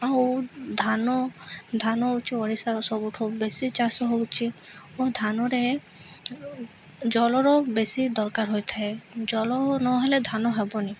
ଆଉ ଧାନ ଧାନ ହଉଛି ଓଡ଼ିଶାର ସବୁଠୁ ବେଶୀ ଚାଷ ହଉଛି ଓ ଧାନରେ ଜଳର ବେଶୀ ଦରକାର ହୋଇଥାଏ ଜଳ ନହେଲେ ଧାନ ହେବନି